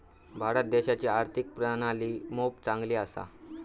भारत देशाची आर्थिक प्रणाली मोप चांगली असा